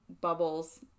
bubbles